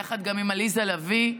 יחד עם עליזה לביא.